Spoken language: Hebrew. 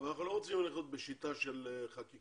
אנחנו לא רוצים ללכת בשיטה של חקיקה.